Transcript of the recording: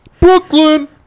Brooklyn